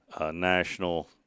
national